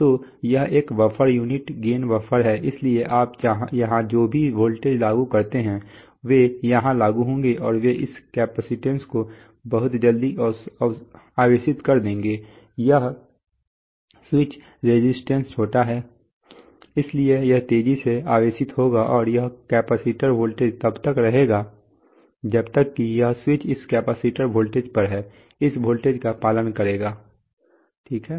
तो यह एक बफर यूनिटी गेन बफर है इसलिए आप यहां जो भी वोल्टेज लागू करते हैं वे यहां लागू होंगे और वे इस कैपेसिटेंस को बहुत जल्दी आवेशित करेंगे यह स्विच रेजिस्टेंस छोटा है इसलिए यह तेजी से आवेशित होगा और यह कैपेसिटर वोल्टेज तब तक रहेगा जब तक यह स्विच इस कैपेसिटर वोल्टेज पर है इस वोल्टेज का पालन करेगा ठीक है